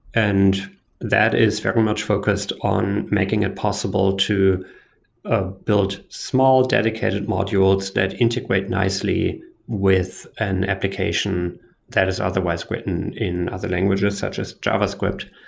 and that is very much focused on making it possible to ah build small dedicated modules that integrate nicely with an application that is otherwise written in other languages, such as javascript.